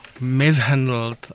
Mishandled